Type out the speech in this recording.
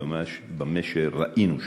ובמה שראינו שם.